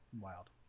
wild